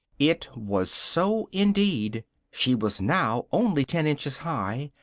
it was so indeed she was now only ten inches high,